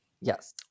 Yes